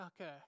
okay